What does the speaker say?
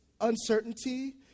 uncertainty